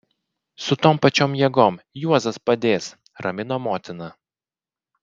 su tom pačiom jėgom juozas padės ramino motina